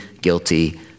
guilty